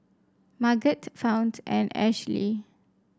Margot Fount and Ashli